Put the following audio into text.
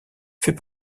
fait